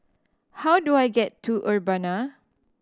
how do I get to Urbana